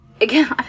again